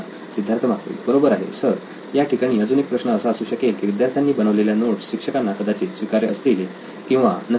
सिद्धार्थ मातुरी बरोबर आहे सर या ठिकाणी अजून एक प्रश्न असा असू शकेल की विद्यार्थ्यांनी बनवलेल्या नोट्स शिक्षकांना कदाचित स्वीकार्य असतील किंवा नसतीलही